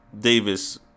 Davis